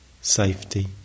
safety